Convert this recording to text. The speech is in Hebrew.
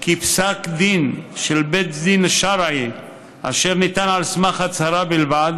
כי פסק דין של בית דין השרעי אשר ניתן על סמך הצהרה בלבד